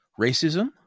racism